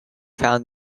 found